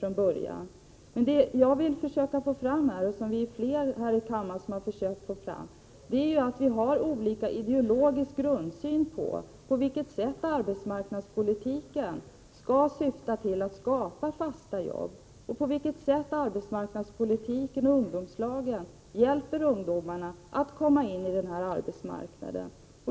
Vad jag och flera andra här i kammaren försökt få fram är att vi inte har samma ideologiska grundsyn på det sätt på vilket arbetsmarknadspolitiken skall syfta till att skapa fasta jobb och på vilket sätt arbetsmarknadspolitiken och ungdomslagen hjälper ungdomarna att komma in på arbetsmarknaden.